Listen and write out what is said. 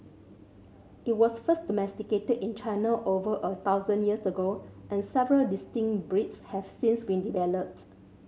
it was first domesticated in China over a thousand years ago and several distinct breeds have since been developed